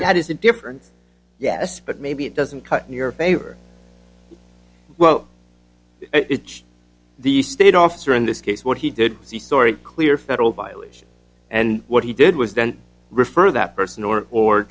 that is a different yes but maybe it doesn't cut in your favor well the state officer in this case what he did the story clear federal violation and what he did was then refer that person or or